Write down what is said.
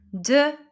De